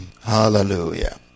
Hallelujah